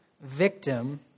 victim